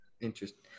Interesting